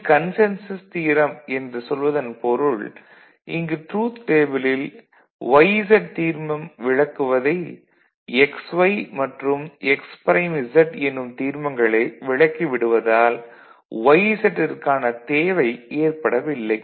இது consensus theorem என்று சொல்வதன் பொருள் - இங்கு ட்ரூத் டேபிளில் yz தீர்மம் விளக்குவதை xy மற்றும் xப்ரைம் z என்னும் தீர்மங்களே விளக்கி விடுவதால் yz ற்கான தேவை ஏற்படவில்லை